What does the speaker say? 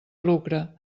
lucre